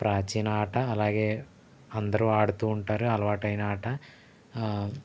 ప్రాచీన ఆట అలాగే అందరూ ఆడుతూ ఉంటారు అలవాటైన ఆట